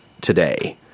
today